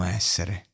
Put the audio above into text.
essere